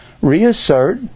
reassert